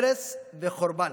הרס וחורבן.